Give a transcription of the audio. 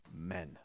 men